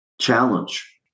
challenge